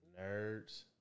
Nerds